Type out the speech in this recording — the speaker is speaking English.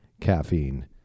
caffeine